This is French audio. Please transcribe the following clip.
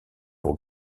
pour